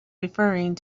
referring